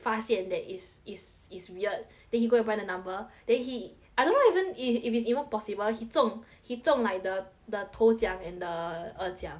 发现 that is is is weird then he go and buy the number then he I don't know even if if it is even possible he 中 he 中 like the the 头奖 and the 二奖